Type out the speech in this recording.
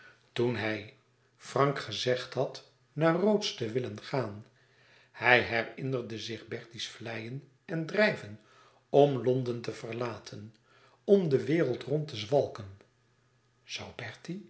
toen hij frank gezegd had naar de rhodes te willen gaan hij herinnerde zich bertie's vleien en drijven om londen te verlaten om de wereld rond te zwalken zoû